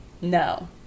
No